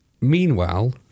meanwhile